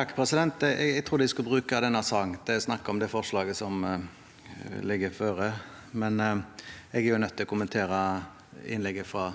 trodde vi skulle bruke denne saken til å snakke om det forslaget som foreligger, men jeg er nødt til å kommentere innlegget fra